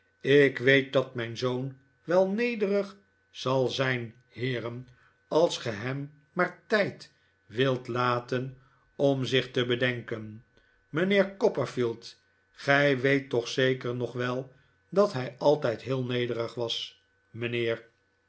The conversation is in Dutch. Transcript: ik weet dat mijn zoon wel nederig zal zijn heeren als gij hem maar tijd wilt laten om zich te bedenken mijnheer copperfield gij weet toch zeker nog wel dat hij altijd heel nederig was mijnheer